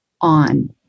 on